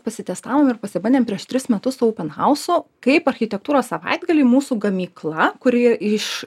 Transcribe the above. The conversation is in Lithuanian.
pasitestavom ir pasibandėm prieš tris metus su oupenhausu kaip architektūros savaitgalį mūsų gamykla kuri iš